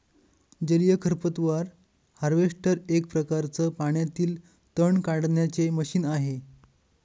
जलीय खरपतवार हार्वेस्टर एक प्रकारच पाण्यातील तण काढण्याचे मशीन आहे